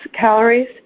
calories